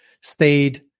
stayed